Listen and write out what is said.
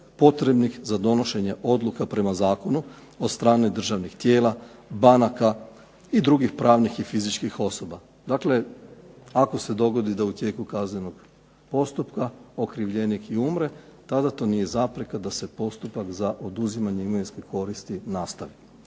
potrebnih za donošenje odluka prema zakonu od strane državnih tijela, banaka i drugih pravnih i fizičkih osoba. Dakle, ako se dogodi da u tijeku kaznenog postupka okrivljenik i umre tada to nije zapreka da se postupak za oduzimanje imovinske koristi nastavi.